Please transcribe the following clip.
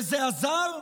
וזה עזר?